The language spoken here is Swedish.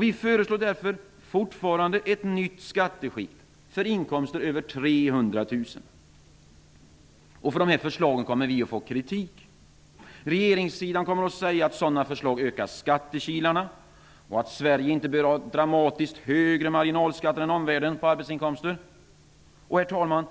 Vi föreslår därför fortfarande ett nytt skatteskikt för inkomster över För dessa förslag kommer vi att få kritik. Regeringen kommer att säga att sådana förslag ökar skattekilarna och att Sverige inte bör ha dramatiskt högre marginalskatter än omvärlden på arbetsinkomster. Herr talman!